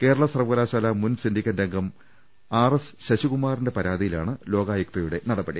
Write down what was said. കേരള സർവകലാശാല മൂൻ സിൻഡിക്കേറ്റ് അംഗം ആർ എസ് ശശികുമാറിന്റെ പരാതിയിലാണ് ലോകായുക്ത നടപടി